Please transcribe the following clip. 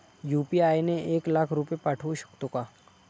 UPI ने एक लाख रुपये पाठवू शकतो का?